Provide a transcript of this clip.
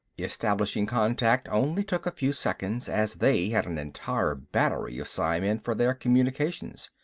establishing contact only took a few seconds, as they had an entire battery of psimen for their communications.